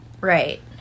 right